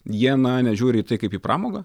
jie na nežiūri į tai kaip į pramogą